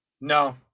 No